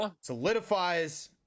solidifies